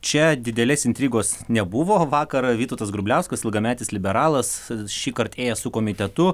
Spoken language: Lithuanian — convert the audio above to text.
čia didelės intrigos nebuvo vakarą vytautas grubliauskas ilgametis liberalas šįkart ėjęs su komitetu